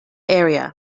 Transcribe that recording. area